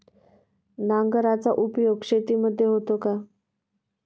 नांगराचा उपयोग शेतीमध्ये होतो का?